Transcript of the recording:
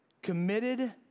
Committed